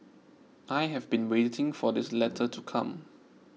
I have been waiting for this letter to come